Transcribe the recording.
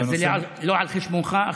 זה לא על חשבונך.